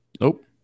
Nope